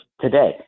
today